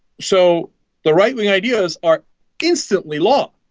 so the rightly ideas art instantly law